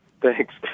Thanks